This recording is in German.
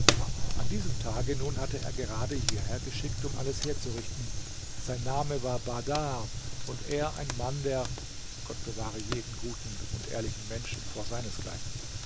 an diesem tage nun hatte er gerade hierher geschickt um alles herzurichten sein name war bahdar und er ein mann der gott bewahre jeden guten und ehrlichen menschen vor seinesgleichen